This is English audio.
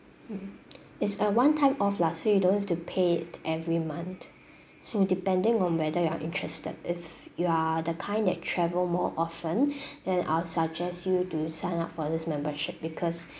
mm it's a one time off lah so you don't have to pay it every month so depending on whether you are interested if you are the kind that travel more often then I'll suggest you to sign up for this membership because